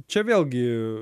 čia vėlgi